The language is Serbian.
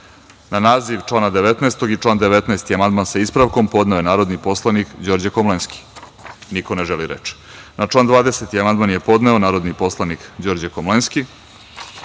naziv člana 19. i član 19. amandman, sa ispravkom, podneo je narodni poslanik Đorđe Komlenski. Niko ne želi reč. Na član 20. amandman je podneo narodni poslanik Đorđe Komlenski. Na